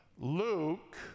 Luke